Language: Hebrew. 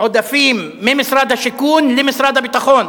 עודפים ממשרד השיכון למשרד הביטחון,